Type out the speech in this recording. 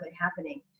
happening